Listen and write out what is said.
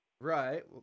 Right